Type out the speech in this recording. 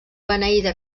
beneïda